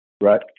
Right